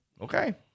Okay